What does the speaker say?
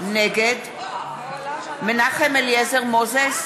נגד מנחם אליעזר מוזס,